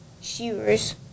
shears